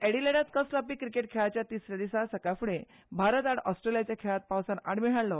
अॅडलेटांत कस लावपी क्रिकेट खेळाच्या तिसऱ्या दिसा सकाळ फुर्डे भारत आड ऑस्ट्रेलियाचे खेळांत पावसान आडमेळी हाडली